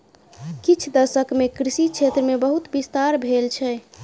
किछ दशक मे कृषि क्षेत्र मे बहुत विस्तार भेल छै